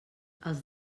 els